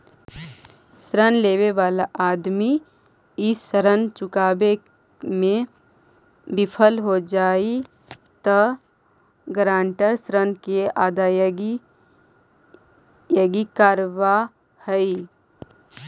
ऋण लेवे वाला आदमी इ सब ऋण चुकावे में विफल हो जा हई त गारंटर ऋण के अदायगी करवावऽ हई